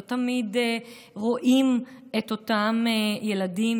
לא תמיד רואים את אותם ילדים,